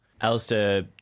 Alistair